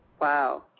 Wow